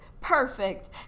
perfect